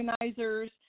organizers